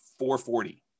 440